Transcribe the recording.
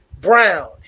Brown